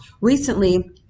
recently